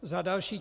Za další.